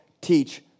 teach